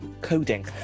coding